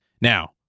Now